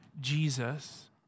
Jesus